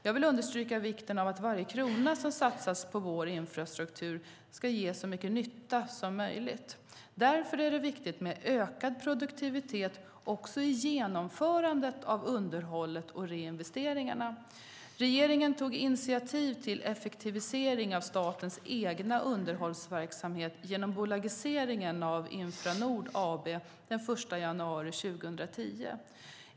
Jag vill understryka vikten av att varje krona som satsas på vår infrastruktur ger så mycket nytta som möjligt. Därför är det viktigt med ökad produktivitet också i genomförandet av underhållet och reinvesteringarna. Regeringen tog initiativ till effektivisering av statens egen underhållsverksamhet genom bolagiseringen av Infranord AB den 1 januari 2010.